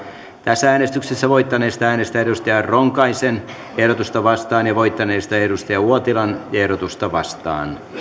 tässä äänestyksessä voittaneesta äänestetään jari ronkaisen ehdotusta vastaan ja voittaneesta kari uotilan monisteena jaettua ehdotusta vastaan